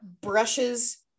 brushes